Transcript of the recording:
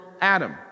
Adam